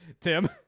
Tim